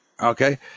okay